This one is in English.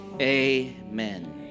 Amen